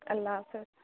اللہ حافظ